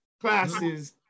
classes